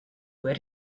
where